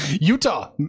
Utah